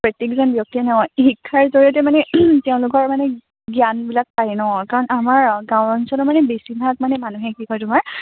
প্ৰত্যেকজন ব্যক্তিয়ে নহ্ শিক্ষাৰ জৰিয়তে মানে তেওঁলোকৰ মানে জ্ঞানবিলাক পায় নহ্ কাৰণ আমাৰ গাঁও অঞ্চলৰ মানে বেছিভাগ মানে মানুহে কি হয় তোমাৰ